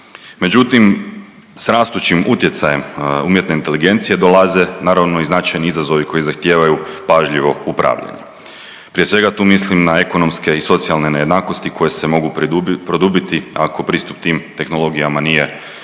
Međutim, s rastućim utjecajem umjetne inteligencije dolaze naravno i značajni izazovi koji zahtijevaju pažljivo upravljanje, prije svega tu mislim na ekonomske i socijalne nejednakosti koje se mogu produbiti ako pristup tim tehnologijama nije ravnomjerno